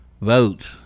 votes